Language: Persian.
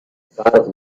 فرق